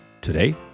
today